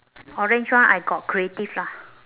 orange one I got creative lah